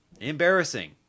Embarrassing